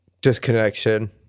disconnection